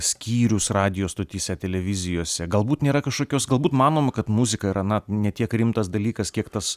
skyrius radijo stotyse televizijose galbūt nėra kažkokios galbūt manoma kad muzika yra na ne tiek rimtas dalykas kiek tas